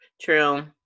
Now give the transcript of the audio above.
true